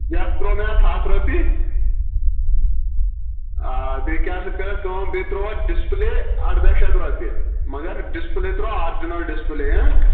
جھکھ تروو مےٚ اتھ ہتھ رۄپیہِ آ بییٚہِ کیٚاہ سا کٔر اتھ کٲم بییٚہِ تروو اتھ ڈسپٕلے اردہ شیٚتھ رۄپیہِ مگر ڈسپٕلے تروو آرجنل ڈسپٕلے ہہ